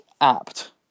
apt